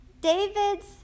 David's